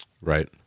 Right